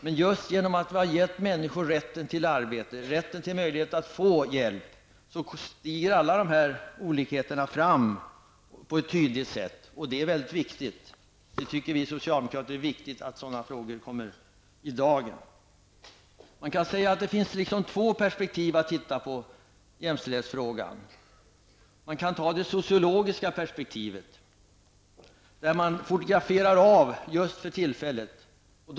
Men just därför att vi har gett människor rätten till arbete, rätten till möjlighet att få hjälp, träder alla olikheter fram på ett tydligt sätt. Vi socialdemokrater tycker att det är viktigt att frågor av det här slaget kommer i dagen. Det finns två perspektiv i jämställdhetsfrågan. Man kan ta det sociologiska perspektivet, där man fotograferar vad som gäller vid ett visst tillfälle.